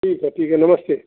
ठीक है ठीक है नमस्ते